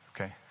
Okay